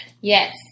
Yes